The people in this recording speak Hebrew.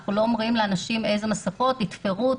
אנחנו לא אומרים לאנשים איזה מסכות לעשות תתפרו,